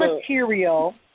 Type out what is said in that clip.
material